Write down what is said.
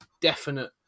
definite –